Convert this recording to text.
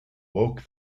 woke